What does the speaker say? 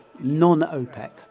non-OPEC